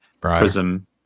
Prism